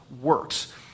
works